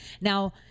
Now